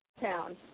town